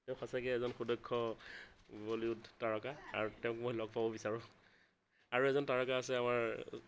তেওঁ সঁচাকে এজন সুদক্ষ বলিউড তাৰকা আৰু তেওঁক মই লগ পাব বিচাৰোঁ আৰু এজন তাৰকা আছে আমাৰ